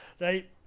right